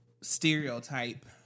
stereotype